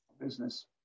business